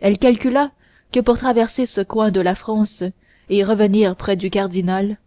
elle calcula que pour traverser ce coin de la france et revenir près du cardinal